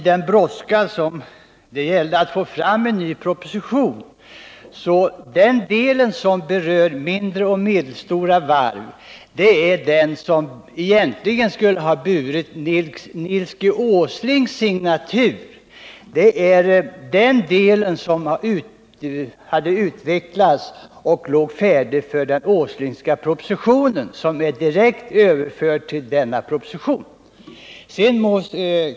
Det brådskade ju att få fram en ny proposition, och den del som berör de mindre och medelstora varven skulle egentligen ha burit Nils G. Åslings signatur. Den låg nämligen färdig för den Åslingska propositionen och blev direkt överförd till den nu föreliggande propositionen.